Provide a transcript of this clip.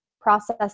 process